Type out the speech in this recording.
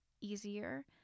easier